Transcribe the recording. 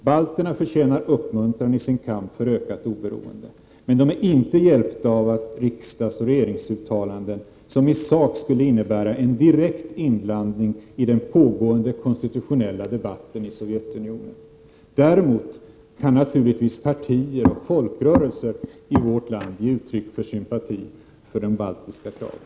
Balterna förtjänar uppmuntran i sin kamp för ökat oberoende, men de är inte hjälpta av riksdagsoch regeringsuttalanden som i sak skulle innebära en direkt inblandning iden pågående konstitutionella debatten i Sovjetunionen. Däremot kan naturligtvis partier och folkrörelser i vårt land ge uttryck för sympati för de baltiska kraven.